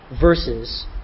versus